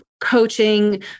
coaching